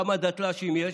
כמה דתל"שים יש,